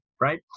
right